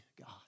God